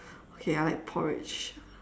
okay I like porridge